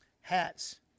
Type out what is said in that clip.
Hats